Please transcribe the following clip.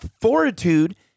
fortitude